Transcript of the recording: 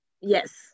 Yes